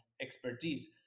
expertise